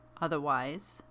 Otherwise